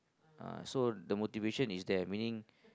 uh so the movitation is there meaning